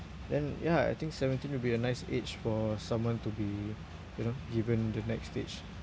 then ya I think seventeen will be a nice age for someone to be you know given the next stage